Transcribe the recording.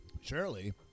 Surely